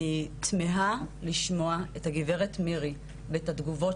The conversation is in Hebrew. אני תמהה לשמוע את הגברת מירי ואת התגובות